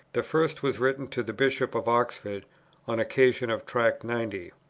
the first was written to the bishop of oxford on occasion of tract ninety